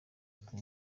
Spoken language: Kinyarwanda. ati